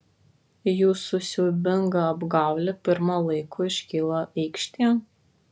jūsų siaubinga apgaulė pirma laiko iškilo aikštėn